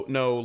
no